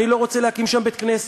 אני לא רוצה להקים שם בית-כנסת,